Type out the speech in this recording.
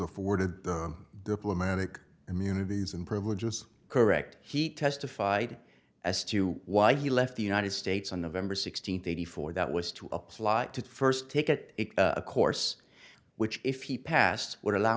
afforded the diplomatic immunity is in privileges correct he testified as to why he left the united states on november sixteenth eighty four that was to apply to first take it a course which if he passed would allow